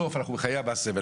אנחנו בחיי המעשה.